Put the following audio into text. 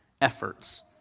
efforts